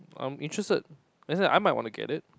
I'm interested as in I might wanna get it